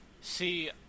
See